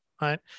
right